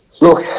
Look